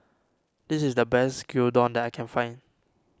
this is the best Gyudon that I can find